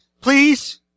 please